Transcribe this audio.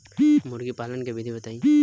मुर्गी पालन के विधि बताई?